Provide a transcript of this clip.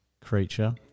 creature